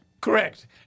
Correct